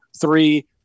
three